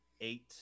eight